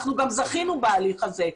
אנחנו גם זכינו בהליך הזה.